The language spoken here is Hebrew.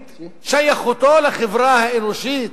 את שייכותו לחברה האנושית,